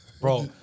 Bro